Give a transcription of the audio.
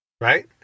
Right